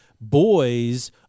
boys